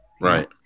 right